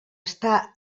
estar